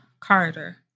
Carter